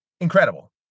incredible